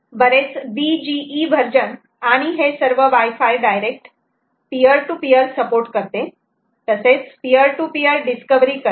बरेच BGE version आणि हे सर्व wifi direct peer to peer support करते तसेच पीयर टू पीयर डिस्कवरी करते